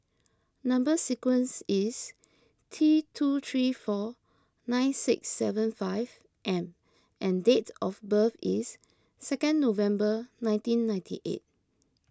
Number Sequence is T two three four nine six seven five M and and dates of birth is second November nineteen ninety eight